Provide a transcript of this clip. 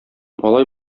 алай